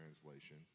Translation